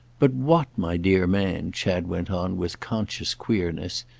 but what, my dear man, chad went on with conscious queerness,